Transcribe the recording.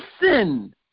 Listen